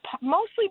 mostly